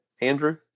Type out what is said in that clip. Andrew